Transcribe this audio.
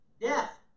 Death